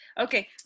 Okay